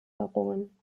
errungen